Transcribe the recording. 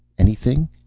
anything?